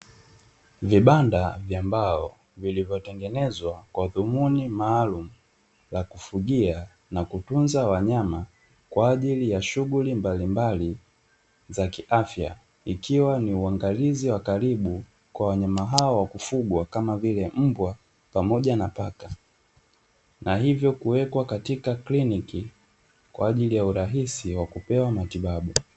Vibanda vya mbao vilivyo tengenezwa kwa dhumuni maalumu la kufuigia na kutunza wanyama, kwaajili ya shughuli mbalimbali za kiafya ikiwa ni uangalizi wa karibu kwa wanyama hao kufugwa kama vile mbwa pamoja na paka, na hivyo kuwekwa katika kliniki kwaajili ya urahisi wa kupewa matibabu.